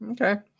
okay